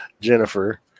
Jennifer